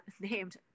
named